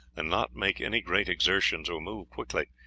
and not make any great exertions or move quickly.